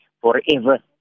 forever